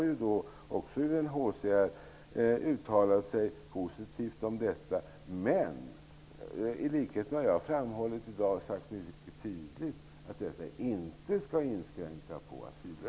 UNHCR har uttalat sig positivt om det, men i likhet med vad jag har framhållit i dag har man mycket tydligt sagt att detta inte skall inskränka asylrätten.